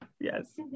yes